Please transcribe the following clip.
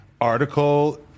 article